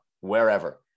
wherever